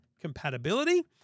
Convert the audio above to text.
compatibility